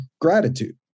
gratitude